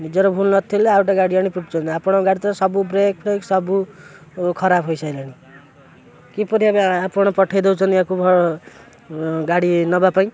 ନିଜର ଭୁଲ୍ ନଥିଲେ ଆଉ ଗୋଟେ ଗାଡ଼ି ଆଣି ପିଟୁଛନ୍ତି ଆପଣ ଗାଡ଼ି ତ ସବୁ ବ୍ରେକ୍ଫ୍ରେକ୍ ସବୁ ଖରାପ ହେଇସାଇଲାଣି କିପରି ଆପଣ ପଠେଇ ଦଉଛନ୍ତି ୟାକୁ ଗାଡ଼ି ନେବା ପାଇଁ